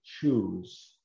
choose